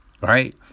right